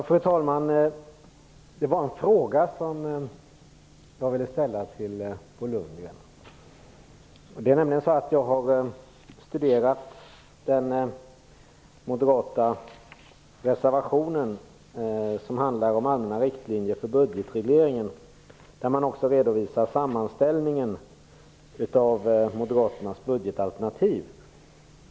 Fru talman! Jag vill ställa en fråga till Bo Lundgren. Jag har studerat den moderata reservation som handlar om allmänna riktlinjer för budgetregleringen, där man också redovisar sammanställningen av Moderaternas budgetalternativ.